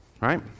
Right